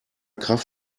kraft